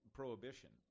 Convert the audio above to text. prohibition